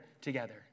together